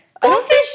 Goldfish